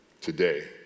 today